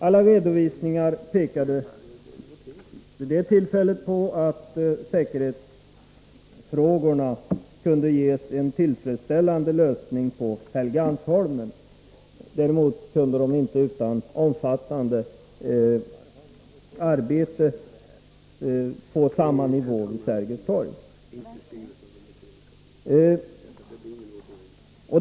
Alla redovisningar pekade vid det tillfället på att säkerhetsfrågorna kunde ges en tillfredsställande lösning på Helgeandsholmen. Däremot kunde man inte utan omfattande arbete få samma säkerhetsnivå vid Sergels torg.